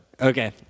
Okay